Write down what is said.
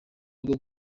rwo